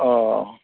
अ